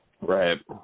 Right